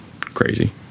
crazy